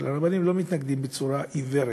אבל הרבנים לא מתנגדים בצורה עיוורת,